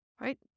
right